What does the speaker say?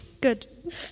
good